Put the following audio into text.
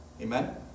Amen